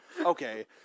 Okay